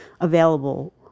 available